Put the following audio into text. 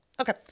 Okay